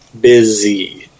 busy